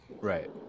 right